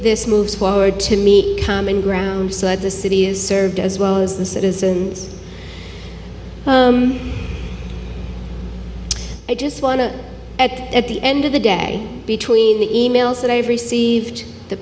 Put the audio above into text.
this moves forward to meet common ground the city is served as well as the citizens i just want to at the end of the day between the e mails that i've received the